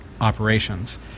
operations